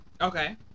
Okay